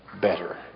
better